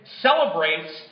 celebrates